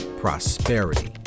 prosperity